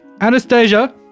Anastasia